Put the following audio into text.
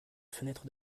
fenêtre